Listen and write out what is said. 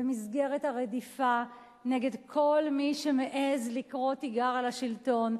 במסגרת הרדיפה נגד כל מי שמעז לקרוא תיגר על השלטון,